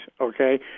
okay